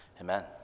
Amen